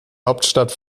hauptstadt